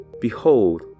Behold